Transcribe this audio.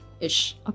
Ish